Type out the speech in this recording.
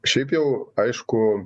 šiaip jau aišku